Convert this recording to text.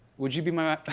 would you be my i'm